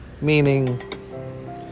meaning